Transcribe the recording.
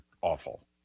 awful